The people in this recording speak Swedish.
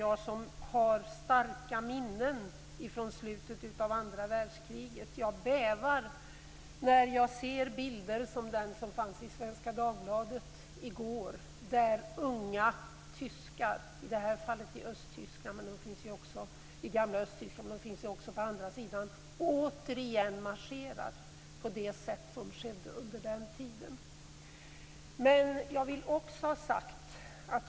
Jag, som har starka minnen från slutet av andra världskriget, bävar när jag ser bilder som den som var publicerad i Svenska Dagbladet i går, där unga tyskar - i det här fallet var det tyskar från gamla Östtyskland, men de finns också på andra sidan - återigen marscherar på det sätt som skedde under nazisttiden.